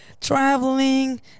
traveling